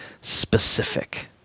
specific